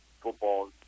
football